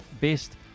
best